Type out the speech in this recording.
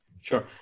Sure